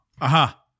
Aha